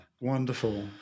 wonderful